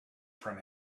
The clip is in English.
from